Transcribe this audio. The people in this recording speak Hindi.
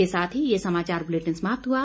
इसी के साथ ये समाचार बुलेटिन समाप्त हुआ